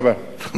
תודה רבה.